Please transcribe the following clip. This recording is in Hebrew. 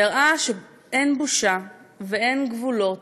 שהראה שאין בושה ואין גבולות,